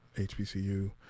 HBCU